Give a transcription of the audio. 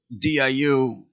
DIU